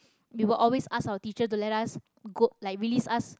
we will always ask our teacher to let us go like release us